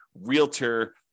realtor